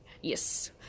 Yes